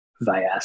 via